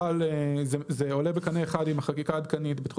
אבל זה עולה בקנה אחד עם החקיקה העדכנית בתחום